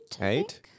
Eight